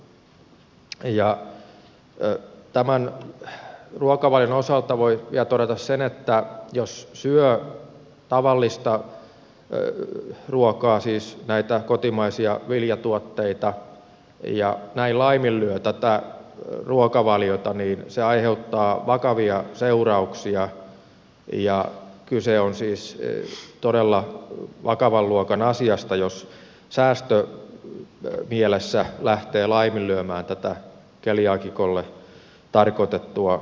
tämän ruokavalion osalta voi vielä todeta sen että jos syö tavallista ruokaa siis näitä kotimaisia viljatuotteita ja näin laiminlyö tätä ruokavaliota niin se aiheuttaa vakavia seurauksia ja kyse on siis todella vakavan luokan asiasta jos säästömielessä lähtee laiminlyömään tätä keliaakikolle tarkoitettua hoitomuotoa